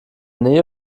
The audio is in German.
nähe